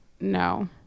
No